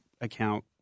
account